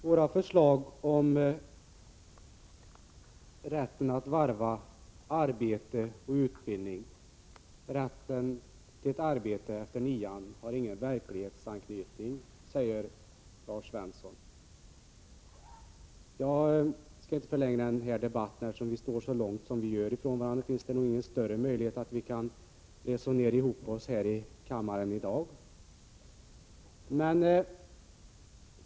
Herr talman! Våra förslag om rätten att varva arbete och utbildning och rätten till ett arbete efter nian har ingen verklighetsanknytning, säger Lars Svensson. Eftersom vi står så långt från varandra som vi gör, finns det väl ingen större möjlighet att vi kan resonera ihop oss här i kammaren i dag, så jag skall inte förlänga debatten nämnvärt.